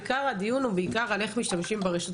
עיקר הדיון הוא על איך משתמשים ברשתות